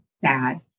sad